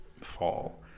fall